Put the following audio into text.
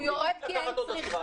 הוא יורד כי אין צריכה.